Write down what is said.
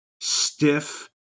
stiff